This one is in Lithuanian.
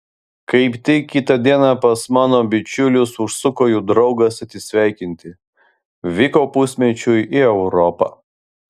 kaip tik kitą dieną pas mano bičiulius užsuko jų draugas atsisveikinti vyko pusmečiui į europą